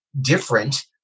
Different